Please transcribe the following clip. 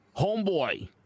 homeboy